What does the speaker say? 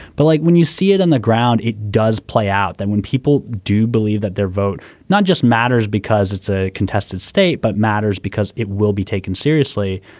but like when you see it on the ground it does play out. then when people do believe that their vote not just matters because it's a contested state but matters because it will be taken seriously.